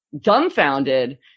dumbfounded